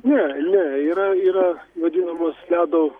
ne ne yra yra vadinamos ledo